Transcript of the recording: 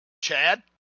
chad